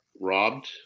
robbed